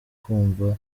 kumva